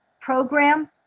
program